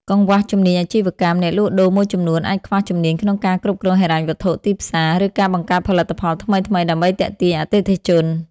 កង្វះជំនាញអាជីវកម្ម អ្នកលក់ដូរមួយចំនួនអាចខ្វះជំនាញក្នុងការគ្រប់គ្រងហិរញ្ញវត្ថុ ទីផ្សារ ឬការបង្កើតផលិតផលថ្មីៗដើម្បីទាក់ទាញអតិថិជន ។